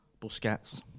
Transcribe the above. Busquets